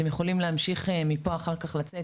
אתם יכולים להמשיך מפה אחר כך ולצאת